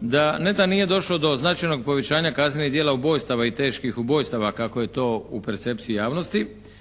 da ne da nije došlo do značajnog povećanja kaznenih djela ubojstava i teških ubojstava kako je to u percepciji javnosti,